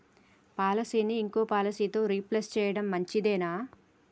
పాలసీని ఇంకో పాలసీతో రీప్లేస్ చేయడం మంచిదేనా?